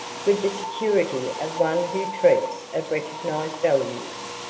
with the security of one who treats of recognized values.